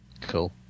Cool